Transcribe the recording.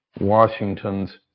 Washington's